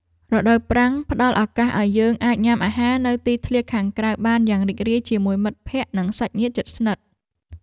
រដូវប្រាំងផ្តល់ឱកាសឱ្យយើងអាចញ៉ាំអាហារនៅទីធ្លាខាងក្រៅបានយ៉ាងរីករាយជាមួយមិត្តភក្តិ និងសាច់ញាតិជិតស្និទ្ធ។